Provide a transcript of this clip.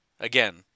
Again